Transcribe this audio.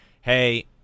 Hey